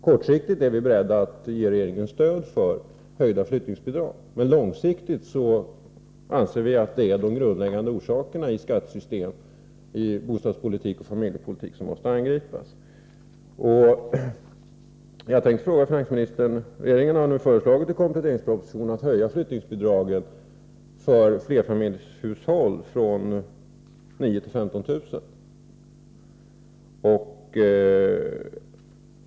Kortsiktigt är vi beredda att ge regeringen stöd för höjda flyttningsbidrag, men långsiktigt anser vi att det är de grundläggande orsakerna — i skattesystemet, bostadspolitiken och familjepolitiken — som måste angripas. Regeringen har nu i kompletteringspropositionen föreslagit höjning av flyttningsbidraget för flerfamiljshushåll från 9 000 till 15 000 kr.